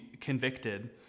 convicted